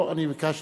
לא, אני ביקשתי.